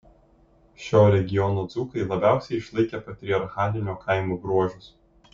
šio regiono dzūkai labiausiai išlaikę patriarchalinio kaimo bruožus